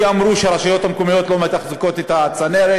כי אמרו שהרשויות המקומיות לא מתחזקות את הצנרת.